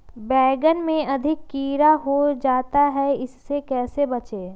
बैंगन में अधिक कीड़ा हो जाता हैं इससे कैसे बचे?